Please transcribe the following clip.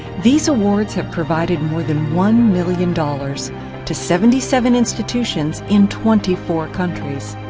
these awards have provided more than one million dollars to seventy seven institutions, in twenty four countries.